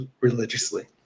religiously